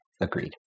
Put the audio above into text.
agreed